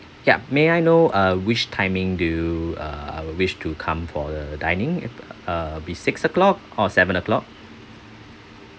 yup may I know uh which timing do uh wish to come for the dining uh be six o'clock or seven o'clock